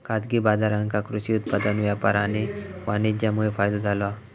खाजगी बाजारांका कृषि उत्पादन व्यापार आणि वाणीज्यमुळे फायदो झालो हा